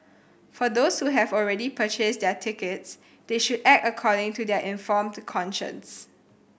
for those who have already purchased their tickets they should act according to their informed conscience